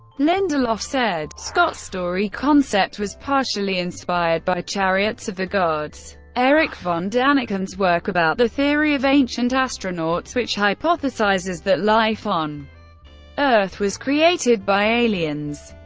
lindelof said, scott's story concept was partially inspired by chariots of the gods, erich von daniken's work about the theory of ancient astronauts which hypothesizes that life on earth was created by aliens.